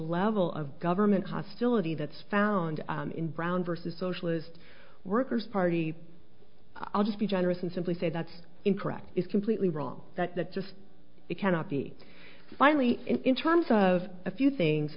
level of government hostility that's found in brown versus socialist workers party i'll just be generous and simply say that's incorrect is completely wrong that that just cannot be finally in terms of a few things